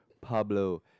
Pablo